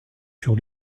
sur